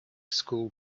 school